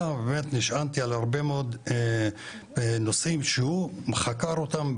ובאמת נשענתי על הרבה מאוד נושאים שהוא חקר אותם,